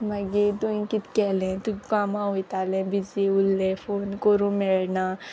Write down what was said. मागी तूंय कीत केल्लें तूं कामा ओयतालें बिजी उल्लें फोन कोरूं मेळना